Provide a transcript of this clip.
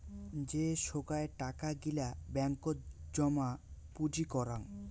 যে সোগায় টাকা গিলা ব্যাঙ্কত জমা পুঁজি করাং